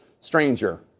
stranger